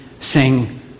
sing